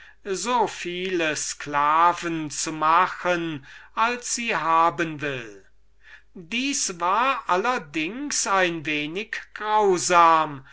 so viele sklaven zu machen als sie haben will das war ein wenig